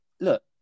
Look